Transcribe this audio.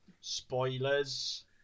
spoilers